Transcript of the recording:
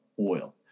oil